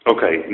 Okay